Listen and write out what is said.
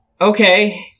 Okay